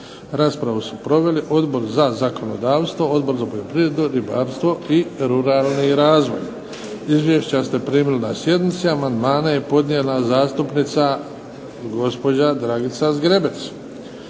Raspravu su proveli Odbor za zakonodavstvo, Odbor za poljoprivredu, ribarstvo i ruralni razvoj. Izvješća ste primili na sjednici. Amandmane je podnijela zastupnica gospođa Dragica Zgrebec.